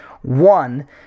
One